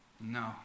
No